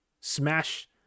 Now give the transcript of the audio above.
smash